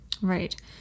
Right